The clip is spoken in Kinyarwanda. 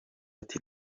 ati